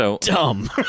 dumb